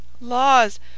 Laws